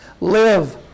Live